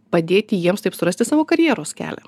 padėti jiems taip surasti savo karjeros kelią